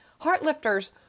Heartlifters